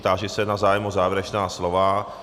Táži se na zájem o závěrečná slova.